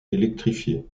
électrifiée